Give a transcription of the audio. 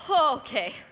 Okay